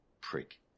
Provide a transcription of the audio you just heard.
Prick